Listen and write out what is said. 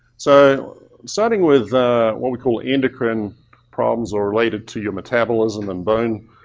so starting with what we call endocrine problems or related to your metabolism and bones.